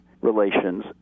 relations